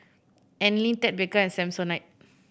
Anlene Ted Baker and Samsonite